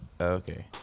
Okay